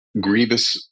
grievous